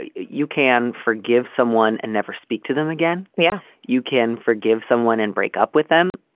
you can forgive someone and never speak to them again. yeah, you can forgive someone and break up with them.